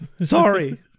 Sorry